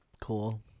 Cool